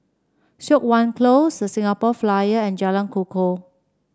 Siok Wan Close The Singapore Flyer and Jalan Kukoh